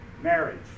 Marriage